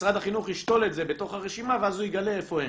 משרד החינוך ישתול את זה בתוך הרשימה ואז הוא יגלה איפה אין.